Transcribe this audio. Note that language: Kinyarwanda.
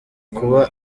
kuba